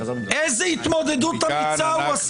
איזו התמודדות אמיצה הייתה לו?